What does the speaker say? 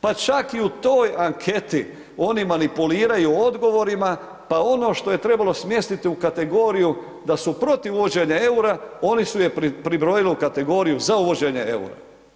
Pa čak i u toj anketi oni manipuliraju odgovorima, pa ono što je trebalo smjestiti u kategoriju da su protiv uvođenja eura, oni su je pribrojili u kategoriju za uvođenje eura.